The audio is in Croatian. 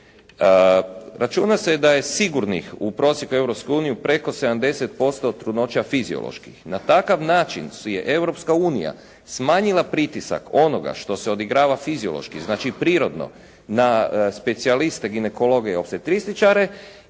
Računa se da je sigurnih u prosjeku Europske unije preko 70% trudnoća fizioloških. Na takav način si je Europska unija smanjila pritisak onoga što se odigrava fiziološki znači prirodno na specijaliste ginekologe i opstretičare